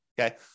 Okay